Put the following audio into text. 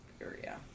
area